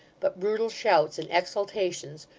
but brutal shouts and exultations,